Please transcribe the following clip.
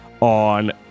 on